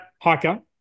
Hiker